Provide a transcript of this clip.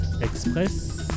Express